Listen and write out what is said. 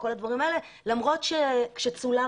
למרות שכאשר צולם,